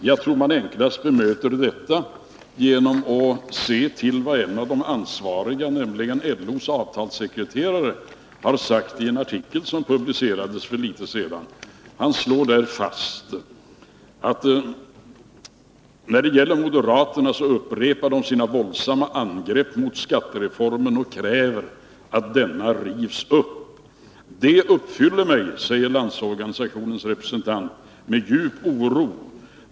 Jag tror att man enklast bemöter detta genom att se till vad en av de ansvariga, nämligen LO:s avtalssekreterare, sagt i en artikel som publicerades för litet sedan. Han slår där fast att moderaterna upprepar sina våldsamma angrepp mot skattereformen och kräver att denna rivs upp. Han fortsätter: ”Detta fyller mig med djup oro.